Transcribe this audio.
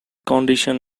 condition